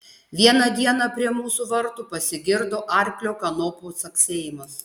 vieną dieną prie mūsų vartų pasigirdo arklio kanopų caksėjimas